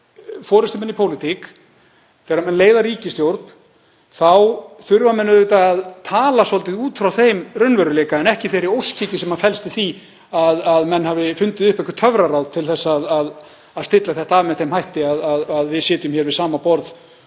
eru forystumenn í pólitík, þegar menn leiða ríkisstjórn, þurfa þeir auðvitað að tala svolítið út frá þeim raunveruleika en ekki þeirri óskhyggju sem felst í því að menn hafi fundið upp eitthvert töfraráð til að stilla þetta af með þeim hætti að við sitjum við sama borð